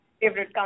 favorite